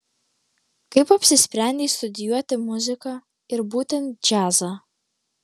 kaip apsisprendei studijuoti muziką ir būtent džiazą